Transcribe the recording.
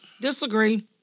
Disagree